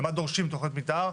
למה דורשים תכניות מתאר?